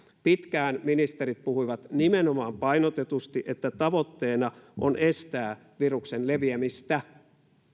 pitkään ministerit puhuivat nimenomaan painotetusti että tavoitteena on estää viruksen leviämistä